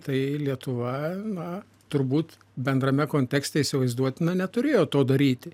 tai lietuva turbūt bendrame kontekste įsivaizduotina neturėjo to daryti